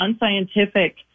unscientific